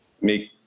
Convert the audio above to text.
make